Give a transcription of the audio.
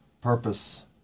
purpose